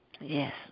Yes